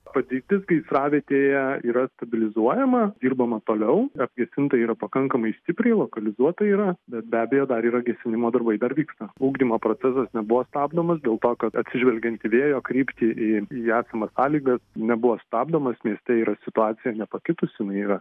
padėtis gaisravietėje yra stabilizuojama dirbama toliau apgesinta yra pakankamai stipriai lokalizuota yra bet be abejo dar yra gesinimo darbai dar vyksta ugdymo procesas nebuvo stabdomas dėl to kad atsižvelgiant į vėjo kryptį į esamas sąlygas nebuvo stabdomas mieste yra situacija nepakitusi jinai yra